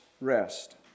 rest